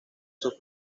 sus